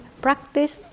practice